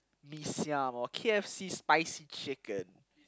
mee-siam or K_F_C spicy chicken